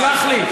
סלח לי,